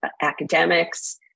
academics